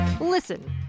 Listen